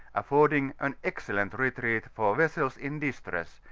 afibrding an excellent retreat for vessels in distress,